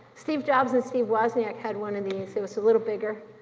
steve jobs and steve wozniak had one of these, it was a little bigger,